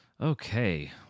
Okay